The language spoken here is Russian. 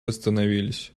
остановились